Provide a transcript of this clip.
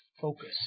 focus